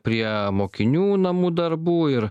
prie mokinių namų darbų ir